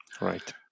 Right